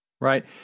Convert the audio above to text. Right